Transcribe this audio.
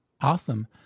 Awesome